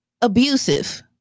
abusive